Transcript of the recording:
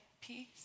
peace